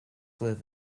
live